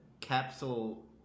Capsule